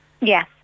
Yes